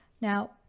Now